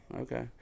Okay